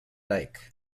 lake